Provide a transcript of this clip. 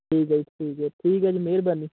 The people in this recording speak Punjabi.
ਠੀਕ ਹੈ ਠੀਕ ਹੈ ਠੀਕ ਹੈ ਜੀ ਮਿਹਰਬਾਨੀ